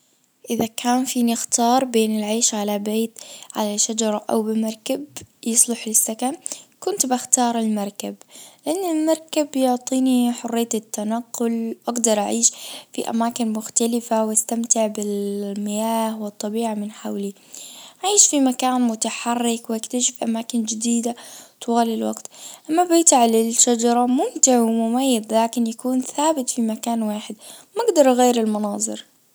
اذا كان فيني اختار بين العيش على بيت على شجرة او بمركب يصلح للسكن كنت بختار المركب لان المركب بيعطيني حرية التنقل اجدر اعيش في اماكن مختلفة واستمتع بالمياه والطبيعة من حولي عيش في مكان متحرك وأكتشف اماكن جديدة طوال الوقت أما بيت على الشجرة ممتع ومميز لكن يكون ثابت في مكان واحد ما اجدر اغير المناظر.